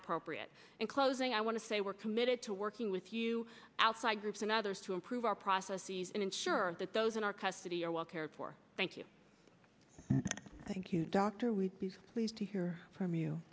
appropriate in closing i want to say we're committed to working with you outside groups and others to improve our prophecies and ensure that those in our custody are well cared for thank you thank you dr we'd be pleased to hear from you